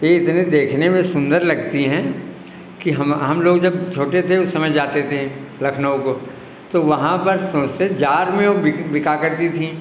यह इतनी देखने में सुन्दर लगती हैं कि हम हम लोग जब छोटे थे उस समय जाते थे लखनऊ को तो वहाँ पर सोचते जार में वह बिक बिका करती थी